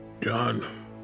John